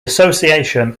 association